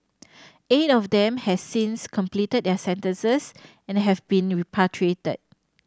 eight of them has since completed their sentences and have been repatriated